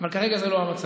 אבל כרגע זה לא המצב.